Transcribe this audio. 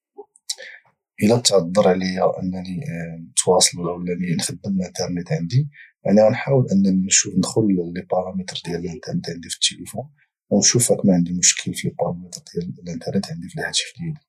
الا تعضر علي على انني نتواصل اولا انني نخدم الانترنت عندي يعني انني غادي نحاول ندخل لي بارامتر عندي في التليفون نشوفك ما عندي مشكل في لي بارامتر ديال الانترنت في الهاتف ديالي